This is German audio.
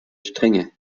strenge